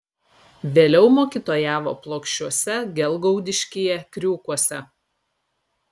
vėliau mokytojavo plokščiuose gelgaudiškyje kriūkuose